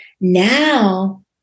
Now